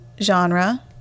genre